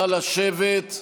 נא לשבת.